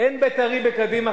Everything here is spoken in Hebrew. אין בית"רי בקדימה,